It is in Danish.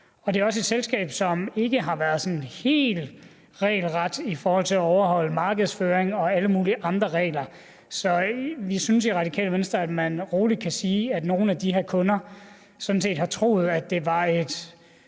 Det er også et selskab, som ikke har været sådan helt regelret i forhold til at overholde markedsføringsregler og alle mulige andre regler, så vi synes i Radikale Venstre, at man roligt kan sige, at nogle af de her kunder sådan set har troet, at det var et,